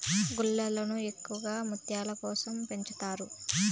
గుల్లలను ఎక్కువగా ముత్యాల కోసం పెంచుతారు